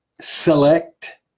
select